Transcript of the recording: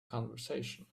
conversation